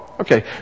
Okay